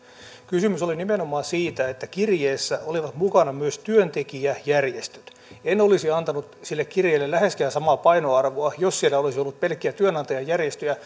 kysymys oli nimenomaan siitä että kirjeessä olivat mukana myös työntekijäjärjestöt en olisi antanut sille kirjeelle läheskään samaa painoarvoa jos siellä olisi ollut pelkkiä työnantajajärjestöjä